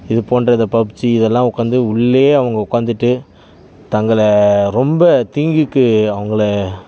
இது போன்ற அந்த பப்ஜி இதெல்லாம் உட்காந்து உள்ளேயே அவங்க உட்காந்துட்டு தங்களை ரொம்ப தீங்குக்கு அவங்கள